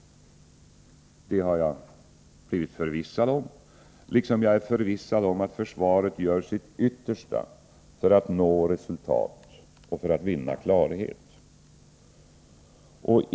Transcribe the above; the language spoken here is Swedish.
Det har jag blivit förvissad om, liksom jag är förvissad om att försvaret gör sitt yttersta för att nå resultat och vinna klarhet.